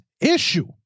issue